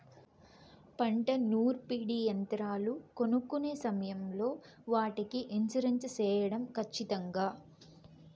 పంట నూర్పిడి యంత్రాలు కొనుక్కొనే సమయం లో వాటికి ఇన్సూరెన్సు సేయడం ఖచ్చితంగా?